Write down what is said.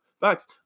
Facts